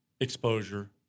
exposure